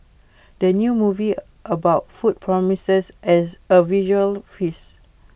the new movie about food promises as A visual feast